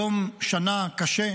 היום הוא יום שנה קשה,